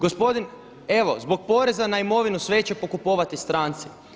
Gospodin evo zbog poreza na imovinu sve će pokupovati stranci.